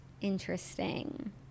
Interesting